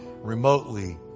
remotely